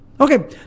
Okay